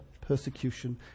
persecution